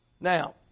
Now